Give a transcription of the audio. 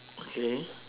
okay